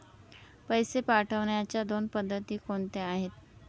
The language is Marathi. पैसे पाठवण्याच्या दोन पद्धती कोणत्या आहेत?